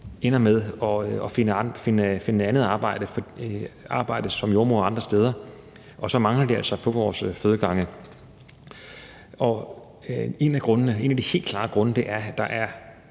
ender de med at finde andet arbejde som jordemoder andre steder, og så mangler de altså på vores fødegange. En af de helt klare grunde er, at der er